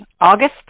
August